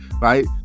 right